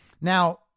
Now